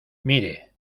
mire